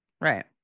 Right